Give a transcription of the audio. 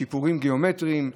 שיפורים גיאומטריים,